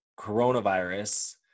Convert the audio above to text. coronavirus